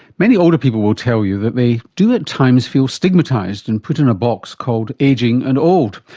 many older people will tell you that they do at times feel stigmatised and put in a box called ageing and old.